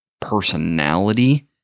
personality